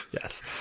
Yes